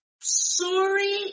sorry